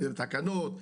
אם בתקנות,